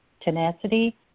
tenacity